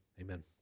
Amen